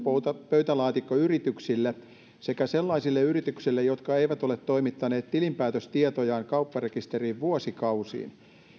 pöytälaatikkoyrityksille sekä sellaisille yrityksille jotka eivät ole toimittaneet tilinpäätöstietojaan kaupparekisteriin vuosikausiin